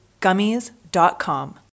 Gummies.com